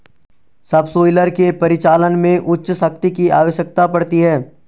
subsoiler के परिचालन में उच्च शक्ति की आवश्यकता पड़ती है